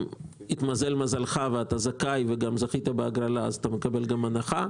אם התמזל מזלך ואתה זכאי וגם זכית בהגרלה אתה מקבל גם הנחה.